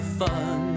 fun